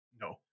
No